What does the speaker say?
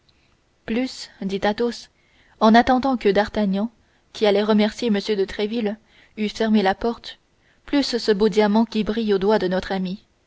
plus dit athos en attendant que d'artagnan qui allait remercier m de tréville eût fermé la porte plus ce beau diamant qui brille au doigt de notre ami